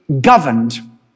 governed